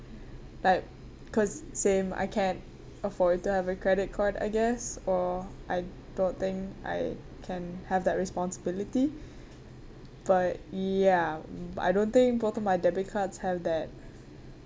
like because same I can't afford to have a credit card I guess or I don't think I can have that responsibility but ya I don't think both of my debit cards have that